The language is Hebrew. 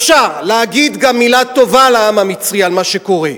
אפשר להגיד גם מלה טובה לעם המצרי על מה שקורה.